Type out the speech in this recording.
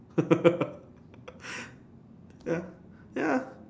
y~ ya